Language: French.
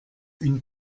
une